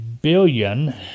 billion